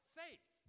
faith